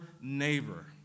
neighbor